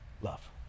love